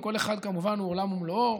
וכל אחד כמובן הוא עולם ומלואו,